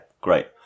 great